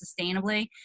sustainably